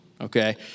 okay